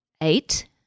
Eight